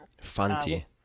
Fanti